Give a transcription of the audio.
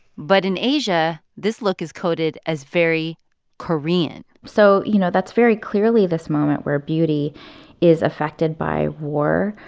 but in asia, this look is coded as very korean so, you know, that's very clearly this moment where beauty is affected by war,